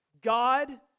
God